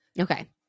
okay